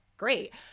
Great